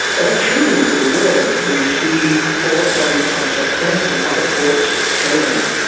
all through the world we see ports having some success and other ports failing.